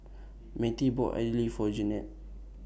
Mettie bought Idly For Jeanette